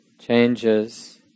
changes